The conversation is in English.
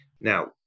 Now